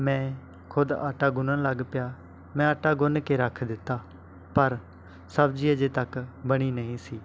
ਮੈਂ ਖ਼ੁਦ ਆਟਾ ਗੁੰਨ੍ਹਣ ਲੱਗ ਪਿਆ ਮੈਂ ਆਟਾ ਗੁੰਨ੍ਹ ਕੇ ਰੱਖ ਦਿੱਤਾ ਪਰ ਸਬਜ਼ੀ ਅਜੇ ਤੱਕ ਬਣੀ ਨਹੀਂ ਸੀ